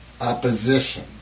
opposition